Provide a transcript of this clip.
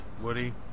Woody